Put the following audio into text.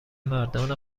مردان